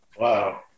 wow